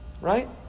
right